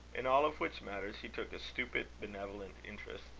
in all of which matters he took a stupid, benevolent interest.